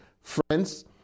Friends